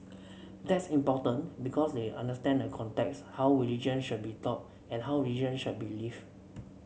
that's important because they understand the context how religion should be taught and how religion should be lived